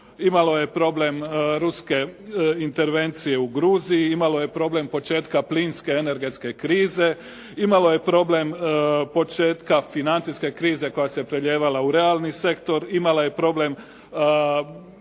Imalo je problem ruske intervencije u Gruziji, imalo je problem početka plinske energetske krize, imalo je problem početka financijske krize koja je prelijevala u realni sektor, imala je problem